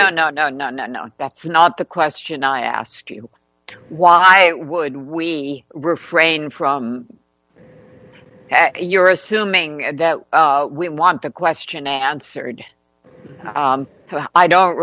no no no no no no that's not the question i ask you why would we refrain from you're assuming that we want the question answered i don't